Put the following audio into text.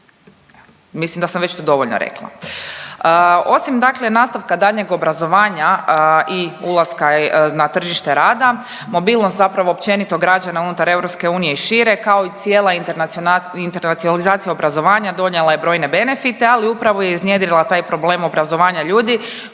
Mislim da sam već tu dovoljno rekla. Osim dakle nastavka daljnjeg obrazovanja i ulaska na tržište rada mobilnost zapravo općenito građana unutar EU i šire kao i cijela internacionalizacija obrazovanja donijela je brojne benefite, ali upravo je iznjedrila taj problem obrazovanja ljudi